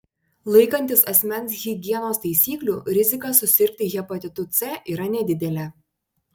laikantis asmens higienos taisyklių rizika susirgti hepatitu c yra nedidelė